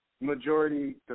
majority